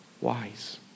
wise